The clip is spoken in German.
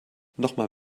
nochmal